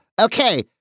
Okay